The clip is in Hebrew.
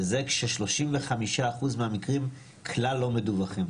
וזה כש-35 אחוז מהמקרים כלל לא מדווחים.